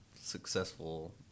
successful